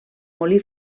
molí